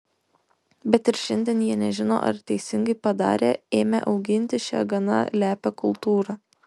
bet ir šiandien jie nežino ar teisingai padarė ėmę auginti šią gana lepią kultūrą